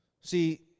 See